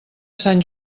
sant